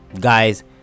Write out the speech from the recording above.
Guys